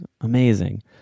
amazing